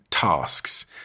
tasks